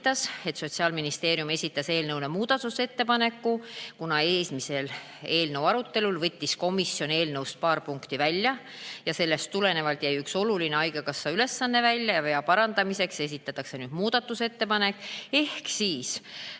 et Sotsiaalministeerium esitas eelnõu kohta muudatusettepaneku, kuna eelnõu eelmisel arutelul võttis komisjon eelnõust paar punkti välja ja sellest tulenevalt jäi välja üks oluline haigekassa ülesanne. Vea parandamiseks esitatakse nüüd muudatusettepanek ehk siis